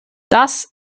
das